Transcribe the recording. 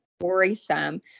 Worrisome